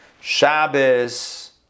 Shabbos